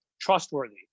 trustworthy